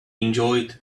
enjoyed